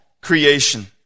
creation